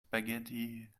spaghetti